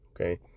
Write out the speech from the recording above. okay